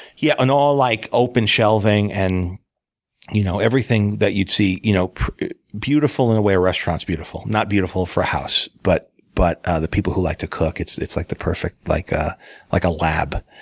yeah. and all like open shelving, and you know everything that you'd see you know beautiful in the way a restaurant's beautiful. not beautiful for a house, but but the people who like to cook, it's it's like the perfect like ah like a lab.